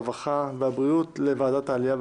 הרווחה והבריאות לוועדת העלייה,